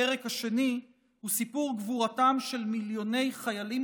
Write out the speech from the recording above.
הפרק השני הוא סיפור גבורתם של מיליוני חיילים